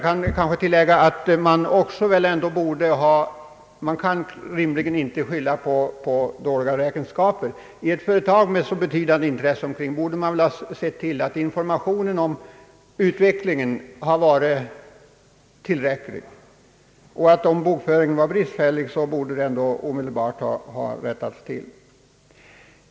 Jag vill tillägga att man rimligen inte kan skylla på bristfälliga räkenskaper. I ett företag med så betydande intresse omkring sig borde man ha sett till att informationen om utvecklingen hade varit tillräcklig. Om bokföringen varit bristfällig borde det omedelbart ha rättats till.